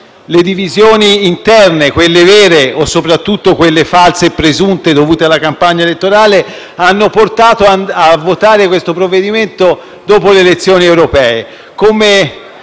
le divisioni interne - quelle vere e, soprattutto, quelle false e presunte, dovute alla campagna elettorale - hanno portato a calendarizzare il voto di questo provvedimento dopo le elezioni europee.